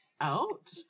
out